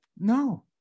no